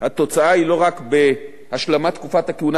התוצאה היא לא רק בהשלמת תקופת הכהונה,